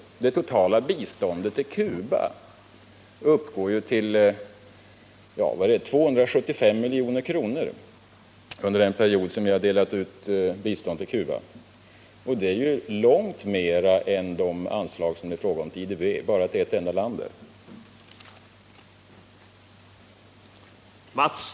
Det totala biståndet till Cuba uppgår ju till 275 milj.kr. under den period då det har delats ut bistånd till Cuba, och det är långt mera än de anslag som det är fråga om till IDB — bara till ett enda land alltså.